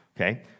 okay